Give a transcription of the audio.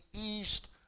east